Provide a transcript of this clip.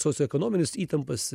socioekonomines įtampas